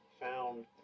found